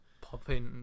popping